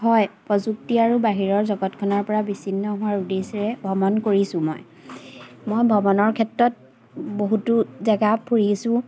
হয় প্ৰযুক্তি আৰু বাহিৰৰ জগতখনৰপৰা বিচ্ছিন্ন হোৱাৰ উদ্দেশ্যেৰে ভ্ৰমণ কৰিছোঁ মই মই ভ্ৰমণৰ ক্ষেত্ৰত বহুতো জেগা ফুৰিছোঁ